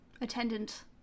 attendant